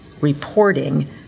reporting